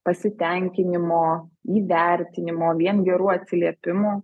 pasitenkinimo įvertinimo vien gerų atsiliepimų